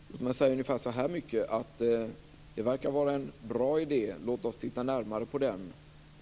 Låt mig säga ungefär så här: Det verkar vara en bra idé. Låt oss titta närmare på den.